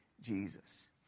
Jesus